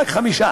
רק חמישה.